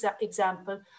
example